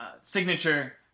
signature